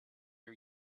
ear